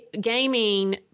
gaming